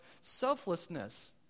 selflessness